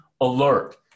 alert